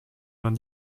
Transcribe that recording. vingt